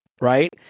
right